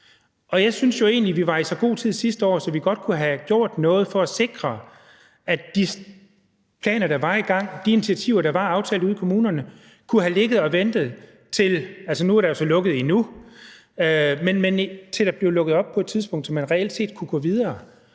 Jeg synes jo egentlig, vi var i så god tid sidste år, at vi godt kunne have gjort noget for at sikre, at de planer, der var i gang, de initiativer, der var aftalt ude i kommunerne, kunne have ligget og ventet – og nu er der så lukket – til der blev lukket op igen på et tidspunkt, så man reelt set kunne gå videre.